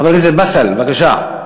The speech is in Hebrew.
חבר הכנסת באסל, בבקשה.